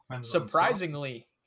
Surprisingly